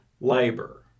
labor